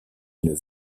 une